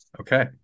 okay